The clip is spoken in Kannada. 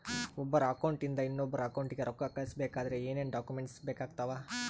ಒಬ್ಬರ ಅಕೌಂಟ್ ಇಂದ ಇನ್ನೊಬ್ಬರ ಅಕೌಂಟಿಗೆ ರೊಕ್ಕ ಕಳಿಸಬೇಕಾದ್ರೆ ಏನೇನ್ ಡಾಕ್ಯೂಮೆಂಟ್ಸ್ ಬೇಕಾಗುತ್ತಾವ?